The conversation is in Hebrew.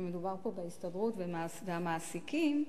מדובר פה בהסתדרות והמעסיקים,